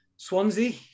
Swansea